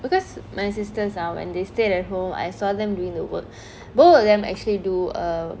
because my sisters are when they stayed at home I saw them doing the work both of them actually do uh